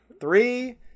three